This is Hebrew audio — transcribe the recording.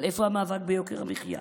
אבל איפה המאבק ביוקר המחיה?